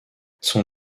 son